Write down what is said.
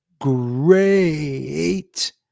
great